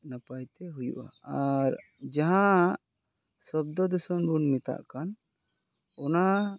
ᱱᱟᱯᱟᱭ ᱛᱮ ᱦᱩᱭᱩᱜᱼᱟ ᱟᱨ ᱡᱟᱦᱟᱸ ᱥᱚᱵᱽᱫᱚᱫᱩᱥᱚᱱ ᱵᱚᱱ ᱢᱮᱛᱟᱜ ᱠᱟᱱ ᱚᱱᱟ